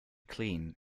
clean